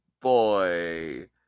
boy